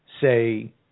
say